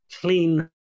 clean